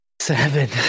seven